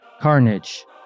Carnage